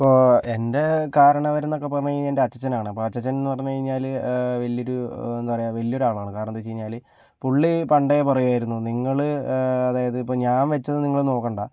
അപ്പോൾ എൻ്റെ കാരണവരെന്നൊക്കെ പറഞ്ഞ് കഴിഞ്ഞാൽ എൻ്റെ അച്ഛച്ഛനാണ് അപ്പോൾ അച്ഛച്ഛൻ എന്ന് പറഞ്ഞു കഴിഞ്ഞാൽ വലിയൊരു എന്താ പറയുക വലിയൊരാളാണ് കാരണമെന്തെന്ന് വെച്ച് കഴിഞ്ഞാൽ പുള്ളി പണ്ടേ പറയുമായിരുന്നു നിങ്ങൾ അതായതിപ്പോൾ ഞാൻ വെച്ചത് നിങ്ങൾ നോക്കണ്ട